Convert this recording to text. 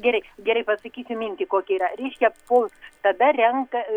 gerai gerai pasakysiu mintį kokia yra reiškia po tada renka